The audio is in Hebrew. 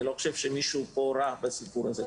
אני לא חושב שיש פה מישהו רע בסיפור הזה.